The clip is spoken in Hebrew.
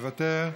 מוותר,